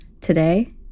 Today